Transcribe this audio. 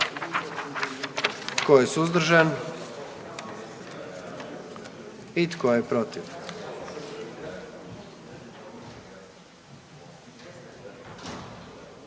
je suzdržan? I tko je protiv?